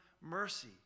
mercy